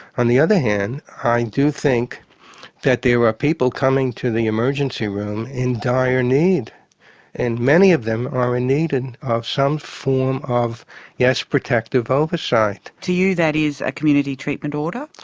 on the other hand, i do think that there were people coming to the emergency room in dire need and many of them are in need of some form of yes, protective oversight. to you that is a community treatment order?